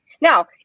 Now